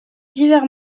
divers